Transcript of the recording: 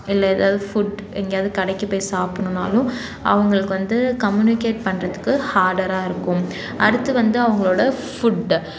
இல்லை எதாவது ஃபுட் எங்கேயாவது கடைக்குப் போய் சாப்பிட்ணுனாலும் அவங்களுக்கு வந்து கம்யூனிகேட் பண்ணுறதுக்கு ஹார்டரா இருக்கும் அடுத்து வந்து அவங்களோட ஃபுட்